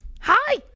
Hi